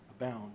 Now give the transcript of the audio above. abound